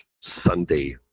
sunday